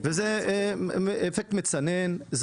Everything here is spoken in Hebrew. זה אפקט מצנן.